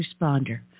responder